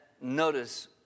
notice